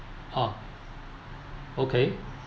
oh okay